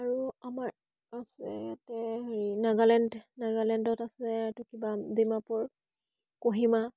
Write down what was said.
আৰু আমাৰ আছে ইয়াতে হেৰি নাগালেণ্ড নাগালেণ্ডত আছে এইটো কিবা ডিমাপুৰ কহিমা